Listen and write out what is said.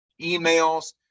emails